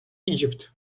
egypt